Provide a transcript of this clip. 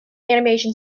animation